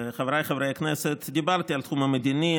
חבריי חברי הכנסת, דיברתי על התחום המדיני.